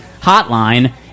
hotline